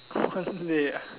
one day ah